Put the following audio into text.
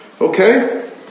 Okay